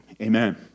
Amen